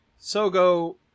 Sogo